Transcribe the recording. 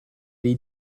dei